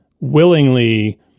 willingly